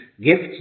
Gifts